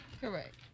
correct